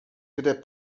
kde